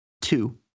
Two